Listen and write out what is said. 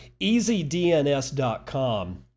EasyDNS.com